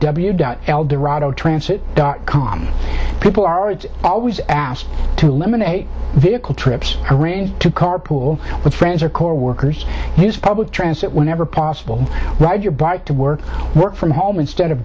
w dot eldorado transit dot com people are always asked to limon a vehicle trips or to carpool with friends or coworkers his public transit whenever possible ride your bike to work work from home instead of